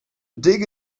dig